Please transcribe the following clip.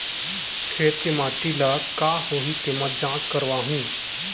खेत के माटी ल का होही तेमा जाँच करवाहूँ?